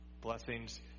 Blessings